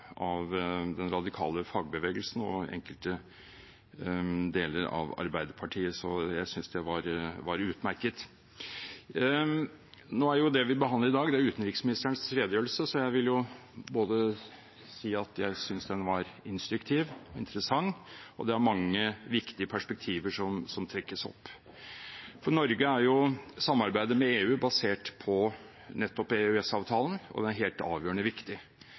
av den radikale fagbevegelsen og i enkelte deler av Arbeiderpartiet, så jeg synes innlegget var utmerket. Det vi behandler i dag, er utenriksministerens redegjørelse, og jeg vil si at den var både instruktiv og interessant, og det er mange viktige perspektiver som trekkes opp. For Norge er samarbeidet med EU basert på nettopp EØS-avtalen, og den er helt avgjørende viktig.